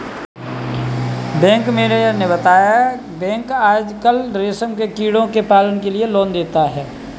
bank manager ने बताया की बैंक आजकल रेशम के कीड़ों के पालन के लिए लोन देता है